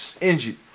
injured